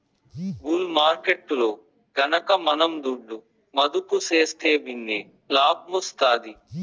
bull మార్కెట్టులో గనక మనం దుడ్డు మదుపు సేస్తే భిన్నే లాబ్మొస్తాది